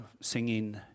singing